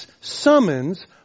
summons